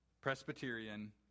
Presbyterian